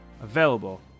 available